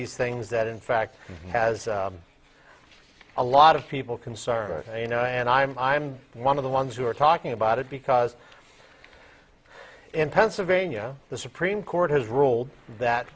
these things that in fact has a lot of people concerned you know and i'm i'm one of the ones who are talking about it because in pennsylvania the supreme court has ruled that